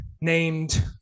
named